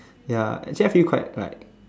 ya actually I feel quite like